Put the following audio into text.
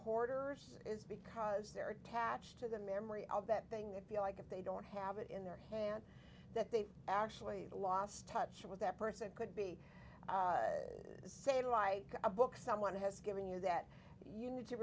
hoarders is because they're attached to the memory of that thing they feel like if they don't have it in their hand that they've actually lost touch with that person could be saved by a book someone has given you that you need to